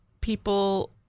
people